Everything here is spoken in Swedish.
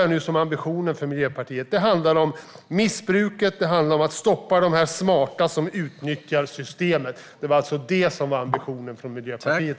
Jag förstår nu att ambitionen från Miljöpartiets sida alltså var att stoppa missbruket och de smarta som utnyttjar systemet.